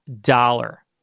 dollar